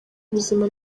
ubuzima